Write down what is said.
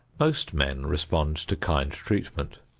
most men respond to kind treatment.